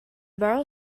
borrow